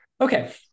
Okay